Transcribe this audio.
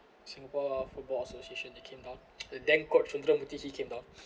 singapore football association that came down then coach sundramoorthy he came down